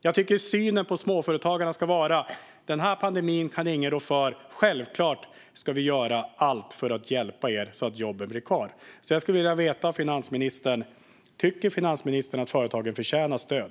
Jag tycker att synen på småföretagarna ska vara: Denna pandemi kan ingen rå för, så självklart ska vi göra allt för att hjälpa er så att jobben blir kvar. Jag skulle vilja veta av finansministern: Tycker finansministern att företagen förtjänar stöd?